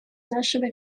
нашего